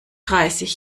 dreißig